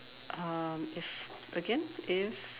um if again if